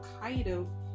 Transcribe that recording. Kaido